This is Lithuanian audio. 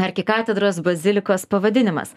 arkikatedros bazilikos pavadinimas